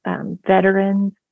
veterans